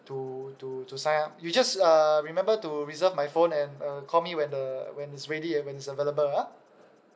to to to sign up you just uh remember to reserve my phone and uh call me when the when it's ready and when it's available uh